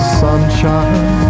sunshine